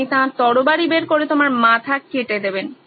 তিনি তাঁর তরবারি বের করে তোমার মাথা কেটে দেবেন